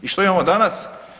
I što imamo danas?